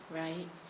right